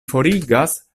forigas